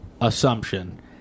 assumption